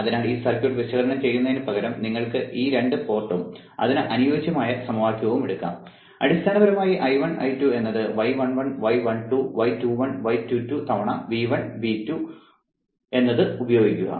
അതിനാൽ ഈ സർക്യൂട്ട് വിശകലനം ചെയ്യുന്നതിനുപകരം നിങ്ങൾക്ക് ഈ രണ്ട് പോർട്ടും അതിന് അനുയോജ്യമായ സമവാക്യവും എടുക്കാം അടിസ്ഥാനപരമായി I1 I2 എന്നത് y11 y12 y21 y22 തവണ V1 V2 അത് ഉപയോഗിക്കുക